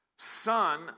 son